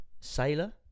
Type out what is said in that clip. sailor